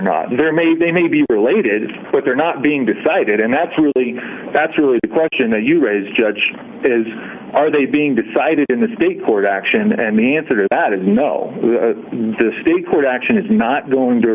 not there may be may be related but they're not being decided and that's really that's really the question that you raise judge is are they being decided in this big court action and the answer to that is no this court action is not going to